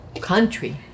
country